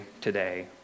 today